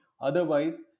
otherwise